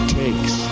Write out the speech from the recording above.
takes